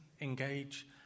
engage